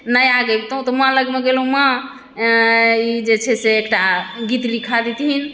नया गबितहुँ तऽ माँ लगमे गेलहुँ माँ ई जे छै से एकटा गीत लिखा देथिन